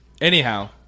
anyhow